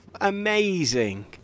amazing